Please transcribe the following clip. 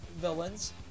villains